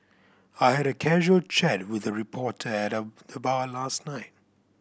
I had a casual chat with a reporter at the bar last night